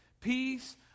peace